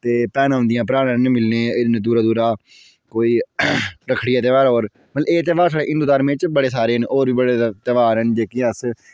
ते भैनां औंदियां भ्राएं नै मिलने इन्ने दूरा दूरा कोई रक्खड़िया तेहार मतलब एह् तेहार साढ़ै हिन्दु धर्म च बड़े सारे होर बी बड़े तेहार न जेह्के अस